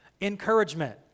Encouragement